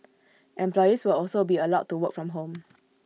employees will also be allowed to work from home